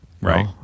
right